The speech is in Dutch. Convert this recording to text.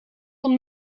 van